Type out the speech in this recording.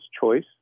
choice